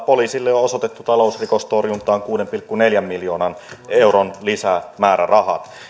poliisille on osoitettu talousrikostorjuntaan kuuden pilkku neljän miljoonan euron lisämääräraha